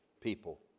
people